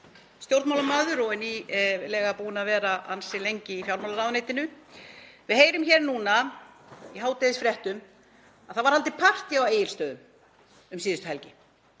stjórnmálamaður og er nýlega búinn að vera ansi lengi í fjármálaráðuneytinu. Við heyrum núna í hádegisfréttum að það var haldið partí á Egilsstöðum um síðustu helgi,